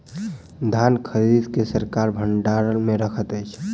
धान खरीद के सरकार भण्डार मे रखैत अछि